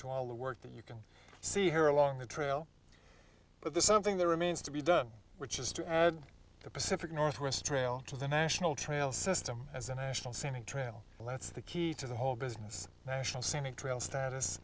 two all the work that you can see here along the trail but there's something that remains to be done which is to add the pacific northwest trail to the national trail system as a national scenic trail well that's the key to the whole business national s